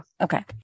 okay